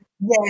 Yes